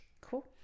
Cool